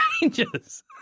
changes